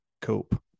cope